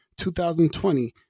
2020